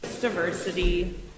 diversity